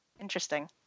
interesting